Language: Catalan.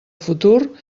futur